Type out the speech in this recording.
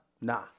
nah